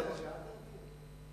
מאיפה אתה יודע?